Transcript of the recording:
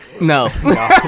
No